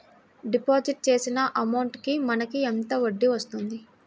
Deposit చేసిన amount కి మనకి ఎంత వడ్డీ వస్తుంది?